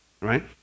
right